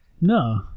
No